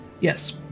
Yes